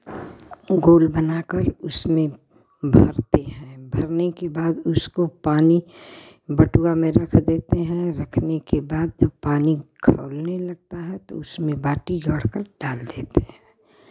गोल बना कर उसमें भरते हैं भरने के बाद उसको पानी बटुआ में रख देते हैं रखने के बाद जब पानी खौलने लगता है तो उसमें बाटी भर कर डाल देते हैं